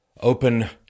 Open